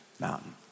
mountain